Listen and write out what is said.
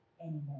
anymore